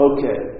Okay